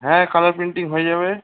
হ্যাঁ colour print হয়ে যাবে